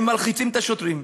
הם מלחיצים את השוטרים,